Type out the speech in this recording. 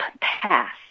Pass